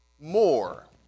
more